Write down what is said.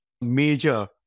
major